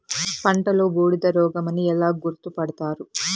పంటలో బూడిద రోగమని ఎలా గుర్తుపడతారు?